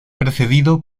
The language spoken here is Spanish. precedido